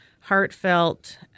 heartfelt